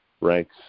ranks